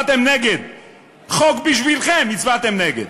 הצבעתם נגד,